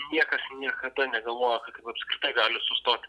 niekas niekada negalvojo kad taip apskritai gali sustoti